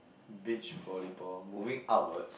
beach volleyball moving upwards